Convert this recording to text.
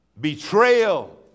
betrayal